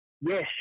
Yes